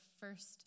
first